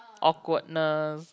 awkwardness